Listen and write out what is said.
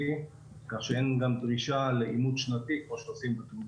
כך שאין גם דרישה לאימות שנתי כמו שעושים ב-...